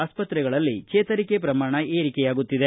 ಆಸ್ವತ್ರೆಗಳಲ್ಲಿ ಚೇತರಿಕೆ ಪ್ರಮಾಣ ಏರಿಕೆಯಾಗುತ್ತಿದೆ